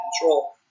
control